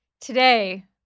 Today